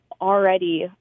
already